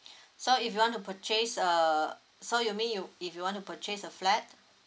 so if you want to purchase a so you mean you if you want to purchase a flat